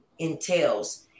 entails